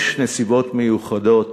יש נסיבות מיוחדות,